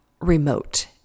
remote